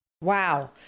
Wow